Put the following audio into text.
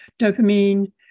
dopamine